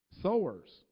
sowers